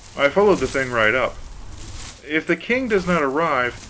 i followed the thing right up if the king does not arrive,